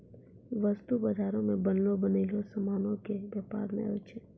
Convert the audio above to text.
वस्तु बजारो मे बनलो बनयलो समानो के व्यापार नै होय छै